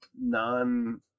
non